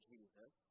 Jesus